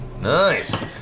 Nice